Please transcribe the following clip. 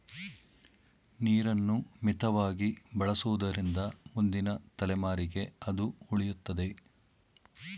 ನೀರನ್ನು ಮಿತವಾಗಿ ಬಳಸುವುದರಿಂದ ಮುಂದಿನ ತಲೆಮಾರಿಗೆ ಅದು ಉಳಿಯುತ್ತದೆ